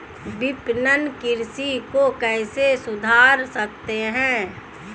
विपणन कृषि को कैसे सुधार सकते हैं?